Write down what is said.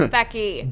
Becky